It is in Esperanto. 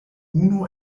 unu